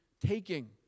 taking